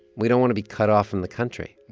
we don't want to be cut off from the country,